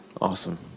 Awesome